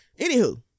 anywho